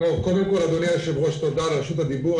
אדוני היושב-ראש על רשות הדיבור.